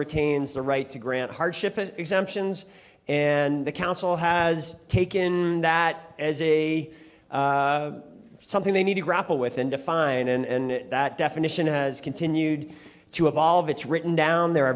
retains the right to grant hardship exemptions and the council has taken that as a something they need to grapple with and define and that definition has continued to evolve it's written down there are